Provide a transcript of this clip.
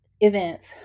events